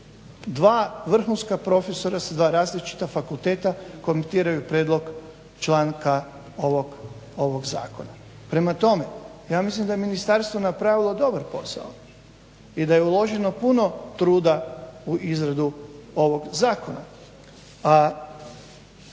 Dva vrhunska profesora sa različita fakulteta komentiraju prijedlog članka ovog zakona. Prema tome ja mislim da je ministarstvo napravilo dobar posao i da je uloženo puno truda u izradu ovog zakona,